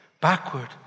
backward